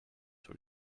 sur